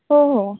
हो हो